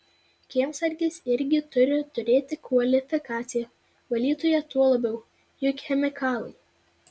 kiemsargis irgi turi turėti kvalifikaciją valytoja tuo labiau juk chemikalai